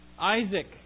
Isaac